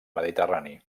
mediterrani